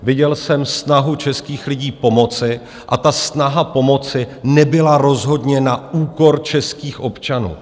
Viděl jsem snahu českých lidí pomoci a ta snaha pomoci nebyla rozhodně na úkor českých občanů.